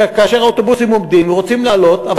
כאשר האוטובוסים עומדים ורוצים לעלות אבל